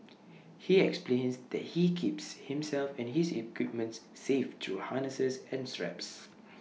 he explains that he keeps himself and his equipment safe through harnesses and straps